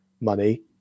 money